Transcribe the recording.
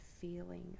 feeling